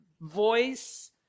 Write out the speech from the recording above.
voice